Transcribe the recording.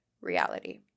reality